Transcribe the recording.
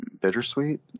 bittersweet